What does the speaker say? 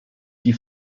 die